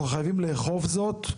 אנחנו חייבים לאכוף זאת,